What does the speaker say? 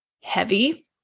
heavy